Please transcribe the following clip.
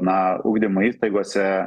na ugdymo įstaigose